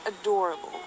adorable